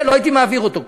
לא הייתי מעביר אותו כך.